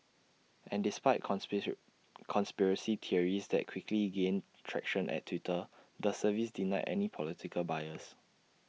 and despite conspiracy conspiracy theories that quickly gained traction at Twitter the service denied any political bias